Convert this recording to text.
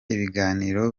ibiganiro